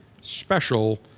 special